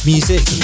Music